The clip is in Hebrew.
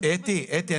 נדון בזה --- אתי,